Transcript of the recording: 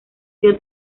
sido